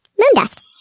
moondust.